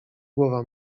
głowa